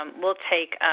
um we'll take